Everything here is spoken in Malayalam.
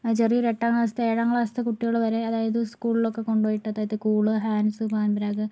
ചെറിയൊരു എട്ടാം ക്ലാസിൽത്തെ ഏഴാം ക്ലാസിൽത്തെ കുട്ടികള് വരെ അതായത് സ്കൂളിലൊക്കെ കൊണ്ടു പോയിട്ട് അതായത് കൂള് ഹാൻഡ്സ് പാൻപരാഗ്